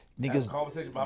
niggas